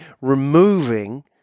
removing